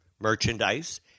merchandise